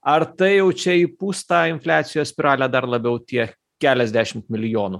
ar tai jau čia įpūsta infliacijos spiralę dar labiau tie keliasdešimt milijonų